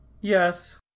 Yes